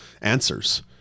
answers